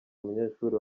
umunyeshuri